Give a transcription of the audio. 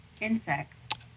insects